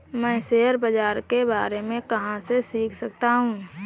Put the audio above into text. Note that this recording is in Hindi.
मैं शेयर बाज़ार के बारे में कहाँ से सीख सकता हूँ?